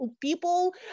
people